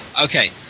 Okay